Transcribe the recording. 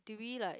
did we like